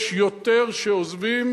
יש יותר שעוזבים